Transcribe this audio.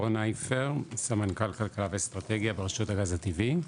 רון אייפר סמנכ"ל כלכלה ואסטרטגיה ברשות הגז הטבעי.